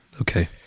Okay